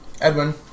Edwin